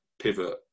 pivot